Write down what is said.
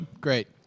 Great